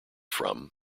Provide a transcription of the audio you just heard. from